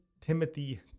Timothy